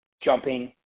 jumping